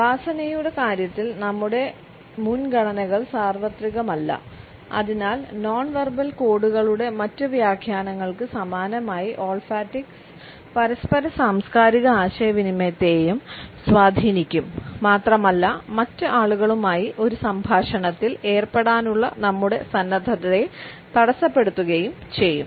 വാസനയുടെ കാര്യത്തിൽ നമ്മുടെ മുൻഗണനകൾ സാർവ്വത്രികമല്ല അതിനാൽ നോൺ വെർബൽ കോഡുകളുടെ മറ്റ് വ്യാഖ്യാനങ്ങൾക്ക് സമാനമായി ഓൾഫാക്റ്റിക്സ് പരസ്പര സാംസ്കാരിക ആശയവിനിമയത്തെയും സ്വാധീനിക്കും മാത്രമല്ല മറ്റ് ആളുകളുമായി ഒരു സംഭാഷണത്തിൽ ഏർപ്പെടാനുള്ള നമ്മുടെ സന്നദ്ധതയെ തടസ്സപ്പെടുത്തുകയും ചെയ്യും